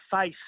face